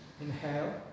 inhale